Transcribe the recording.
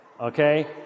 Okay